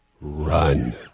run